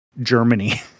Germany